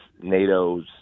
nato's